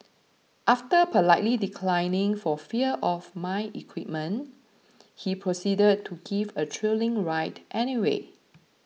after politely declining for fear of my equipment he proceeded to give a thrilling ride anyway